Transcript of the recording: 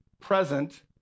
present